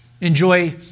Enjoy